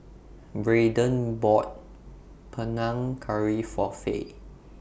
Brayden bought Panang Curry For Fay